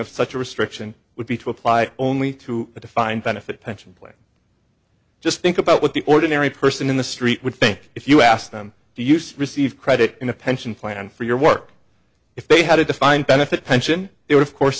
of such a restriction would be to apply only to the defined benefit pension plan just think about what the ordinary person in the street would think if you asked them to use receive credit in a pension plan for your work if they had a defined benefit pension they were of course